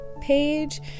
page